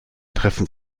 treffen